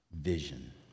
vision